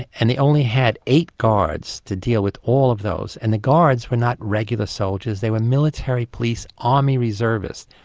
and they only had eight guards to deal with all of those. and the guards were not regular soldiers, they were military police army reservists.